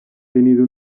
tenido